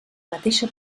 mateixa